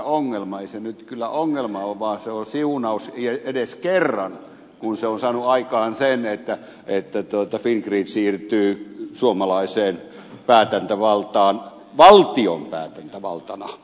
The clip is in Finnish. ei se nyt kyllä ongelma ole vaan se on siunaus ja edes kerran kun se on saanut aikaan sen että fingrid siirtyy suomalaiseen päätäntävaltaan valtion päätäntävaltana